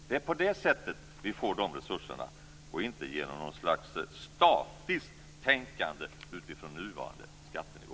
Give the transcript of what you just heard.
Det är på det sättet vi får de resurserna, och inte genom något slags statiskt tänkande utifrån nuvarande skattenivå.